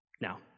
Now